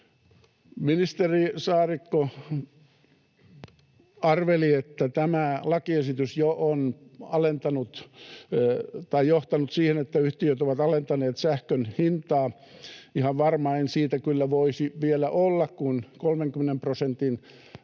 Ministeri Saarikko arveli, että tämä lakiesitys on jo johtanut siihen, että yhtiöt ovat alentaneet sähkön hintaa. Ihan varma en siitä kyllä voisi vielä olla, sillä kun 30 prosentin